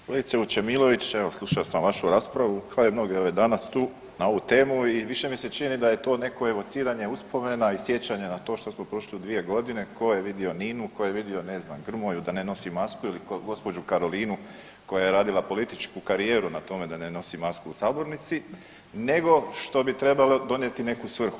Kolegice Vučemilović, evo slušao sam vašu raspravu kao i mnoge ove danas tu na ovu temu i više mi se čini da je to neko evociranje uspomena i sjećanja na to što smo prošli u 2.g. ko je vidio Ninu, ko je vidio ne znam Grmoju da ne nosi masku ili gđu. Karolinu koja je radila političku karijeru na tome da ne nosi masku u sabornici nego što bi trebalo donijeti neku svrhu.